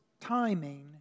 timing